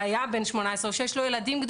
שהיה בן 18 או שיש לו ילדים,